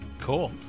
Cool